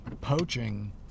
poaching